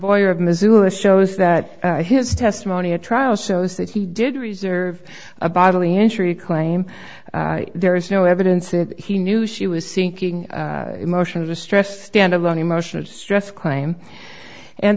boy of missoula shows that his testimony at trial shows that he did reserve a bodily injury claim there is no evidence that he knew she was sinking emotional distress standalone emotional distress crime and